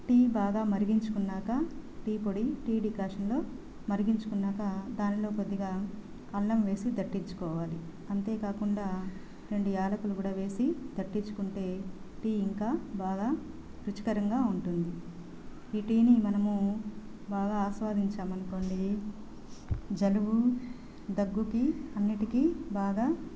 tea బాగా మరిగించుకున్నాక tea పొడి టీ డికాషన్లో మరిగించుకున్నాక దానిలో కొద్దిగా అల్లం వేసి దట్టిచ్చు కోవాలి అంతే కాకుండా రెండు ఏలకులు కూడా వేసి దట్టిచ్చు కుంటే టీ ఇంకా బాగా రుచికరంగా ఉంటుంది ఈ టీని మనము బాగా ఆస్వాదించామనుకోండి జలుబు దగ్గుకి అన్నింటికీ బాగా